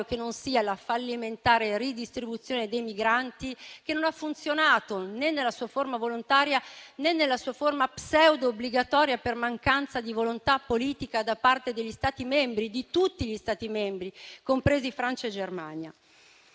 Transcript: che non sia la fallimentare ridistribuzione dei migranti, che non ha funzionato né nella sua forma volontaria, né in quella pseudo-obbligatoria per mancanza di volontà politica da parte di tutti gli Stati membri, compresi Francia e Germania.